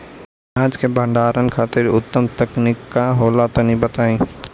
अनाज के भंडारण खातिर उत्तम तकनीक का होला तनी बताई?